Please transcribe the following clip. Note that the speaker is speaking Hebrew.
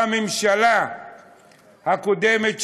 בממשלה הקודמת,